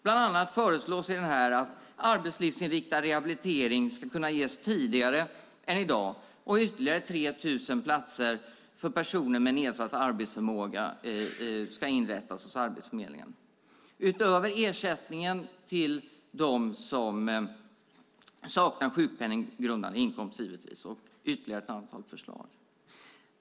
Bland annat föreslås att arbetslivsinriktad rehabilitering ska kunna ges tidigare än i dag och att ytterligare 3 000 platser för personer med nedsatt arbetsförmåga ska inrättas hos Arbetsförmedlingen, utöver ersättningen till dem som saknar sjukpenninggrundande inkomst, givetvis, och ytterligare ett antal förslag.